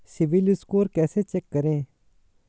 CIBIL score कैसे check करें?